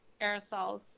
aerosols